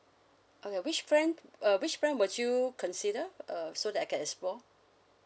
okay which brand uh which brand would you consider uh so that I can explore